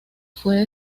fue